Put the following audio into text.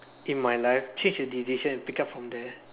in my life change a decision and pick up from there